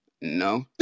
No